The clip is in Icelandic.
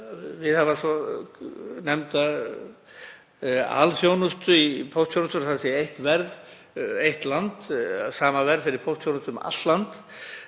viðhafa svonefnda alþjónustu í póstþjónustu, þ.e. eitt verð, eitt land, sama verð fyrir póstþjónustu um allt land.